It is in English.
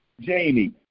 Jamie